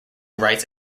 writes